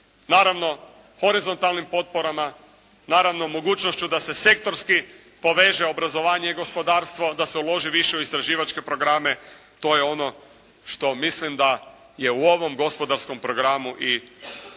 Naravno horizontalnim potporama. Naravno mogućnošću da se sektorski poveže obrazovanje i gospodarstvo. Da se uloži više u istraživačke programe. To je ono što mislim da je u ovom gospodarskom programu i što